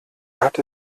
hat